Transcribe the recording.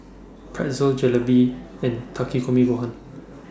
Pretzel Jalebi and Takikomi Gohan